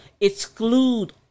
exclude